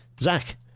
Zach